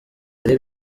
ari